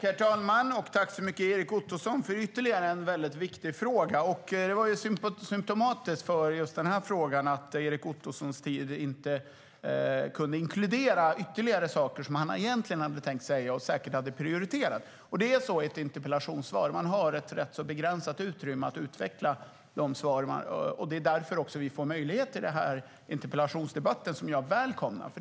Herr talman! Tack, Erik Ottoson, för ytterligare en viktig fråga! Det var symtomatiskt för just den här frågan att Erik Ottosons talartid inte kunde inkludera ytterligare saker som han egentligen hade tänkt säga och säkert hade prioriterat. Det är så i ett interpellationssvar - man har ett rätt begränsat utrymme att utveckla sitt svar på. Det är därför vi får möjlighet till den här interpellationsdebatten som jag välkomnar.